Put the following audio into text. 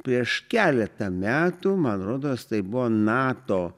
prieš keletą metų man rodos tai buvo nato